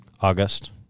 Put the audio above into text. August